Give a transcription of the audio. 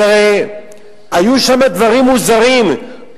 היו שם דברים מוזרים,